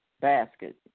basket